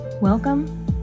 Welcome